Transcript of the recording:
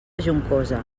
juncosa